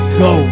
go